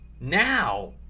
now